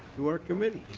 to our committee.